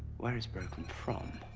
where it's broken from.